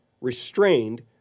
restrained